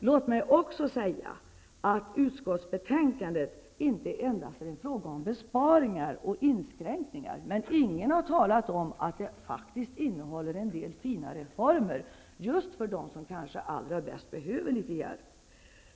Utskottsbetänkandet innehåller inte endast förslag om besparingar och inskränkningar. Ingen har talat om att det innehåller förslag till en del fina reformer just för dem som allra bäst behöver hjälp.